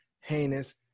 heinous